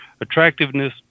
attractiveness